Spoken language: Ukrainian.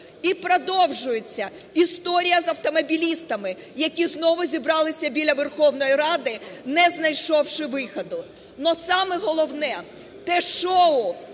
І продовжується історія з автомобілістами, які знову зібралися біля Верховної Ради, не знайшовши виходу.